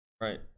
Right